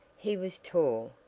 he was tall,